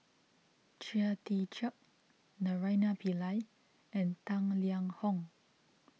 Chia Tee Chiak Naraina Pillai and Tang Liang Hong